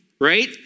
right